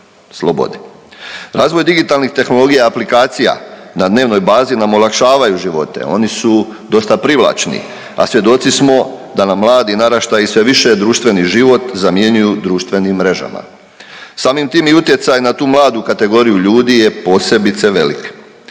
Razvoj digitalnih tehnologija i aplikacija na dnevnoj bazi nam olakšavaju živote, oni su dosta privlačni, a svjedoci smo da nam mladi naraštaji sve više društveni život zamjenjuju društvenim mrežama. Samim tim i utjecaj na tu mladu kategoriju ljudi je posebice velik.